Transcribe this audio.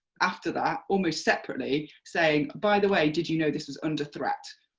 after that, almost separately, saying by the way, did you know this was under threat?